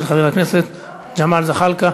של חבר הכנסת ג'מאל זחאלקה.